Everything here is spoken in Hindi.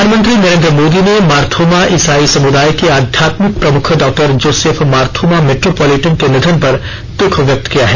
प्रधानमंत्री नरेंद्र मोदी ने मारथोमा ईसाई समुदाय के आध्यात्मिक प्रमुख डॉक्टर जोसेफ मारथोमा मेट्रोपोलिटन के निधन पर दुख व्यक्त किया है